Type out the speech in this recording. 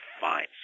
fine